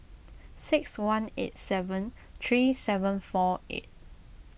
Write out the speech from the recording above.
six one eight seven three seven four eight